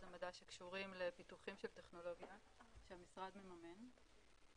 המדע שקשורים לפיתוחים של טכנולוגיה שהמשרד מממן.